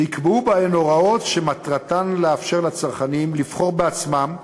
וייקבעו בהן הוראות שמטרתן לאפשר לצרכנים לבחור בעצמם,